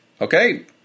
Okay